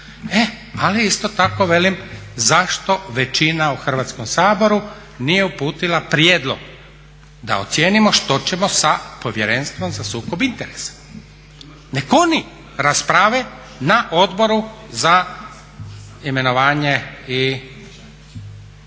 ali isto tako velim zašto većina u Hrvatskom saboru nije uputila prijedlog da ocijenimo što ćemo sa Povjerenstvom za sukob interesa. Nek' oni rasprave na Odboru za imenovanje.